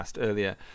earlier